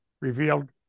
revealed